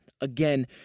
Again